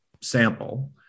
sample